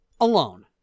alone